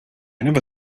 never